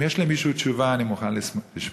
אם יש למישהו תשובה, אני מוכן לשמוע.